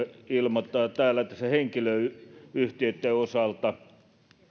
ilmoittaa täällä että se henkilöyhtiöitten osalta